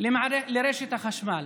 לרשת החשמל,